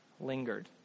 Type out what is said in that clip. lingered